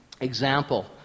example